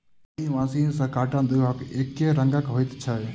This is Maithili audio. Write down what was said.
एहि मशीन सॅ काटल दुइब एकै रंगक होइत छै